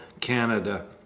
Canada